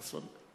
חסון.